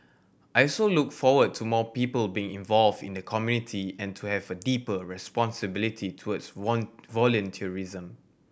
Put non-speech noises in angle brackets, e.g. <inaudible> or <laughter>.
I also look forward to more people being involved in the community and to have a deeper responsibility towards <unintelligible> volunteerism